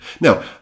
Now